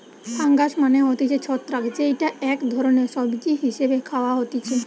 fungus মানে হতিছে ছত্রাক যেইটা এক ধরণের সবজি হিসেবে খাওয়া হতিছে